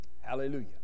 hallelujah